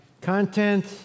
content